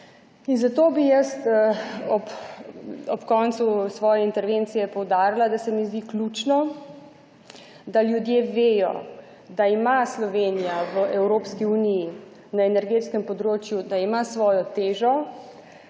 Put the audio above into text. zato bi jaz ob koncu svoje intervencije poudarila, da se mi zdi ključno, da ljudje vejo, da ima Slovenija v Evropski uniji na energetskem področju, da ima svojo težo